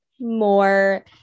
more